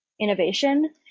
innovation